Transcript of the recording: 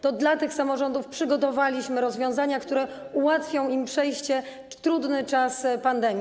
To dla tych samorządów przygotowaliśmy rozwiązania, które ułatwią im przejście przez trudny czas pandemii.